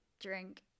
drink